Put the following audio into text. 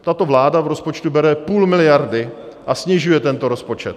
Tato vláda v rozpočtu bere půl miliardy a snižuje tento rozpočet.